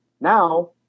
Now